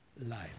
life